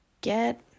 get